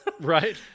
right